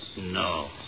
No